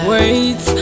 Wait